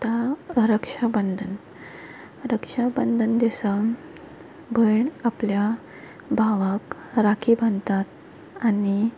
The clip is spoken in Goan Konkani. आतां रक्षाबंदन रक्षाबंदन दिसा भयण आपल्या भावक राखी बांदतात आनी